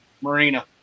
Marina